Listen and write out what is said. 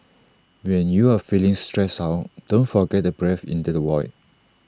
when you are feeling stressed out don't forget to breathe into the void